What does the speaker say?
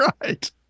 Right